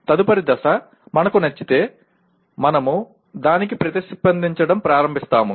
ఆపై తదుపరి దశ మనకు నచ్చితే మనము దానికి ప్రతిస్పందించడం ప్రారంభిస్తాము